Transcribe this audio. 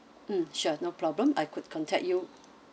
mm sure no problem I could contact you